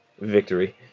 Victory